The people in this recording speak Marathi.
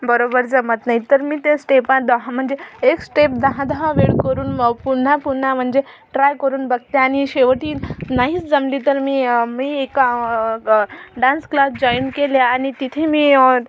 बरोबर जमत नाही तर मी त्या स्टेपा दहा म्हणजे एक स्टेप दहा दहा वेळा करून पुन्हा पुन्हा म्हणजे ट्राय करून बघते आणि शेवटी नाहीच जमली तर मी मी एका डान्स क्लास जॉईन केले आणि तिथे मी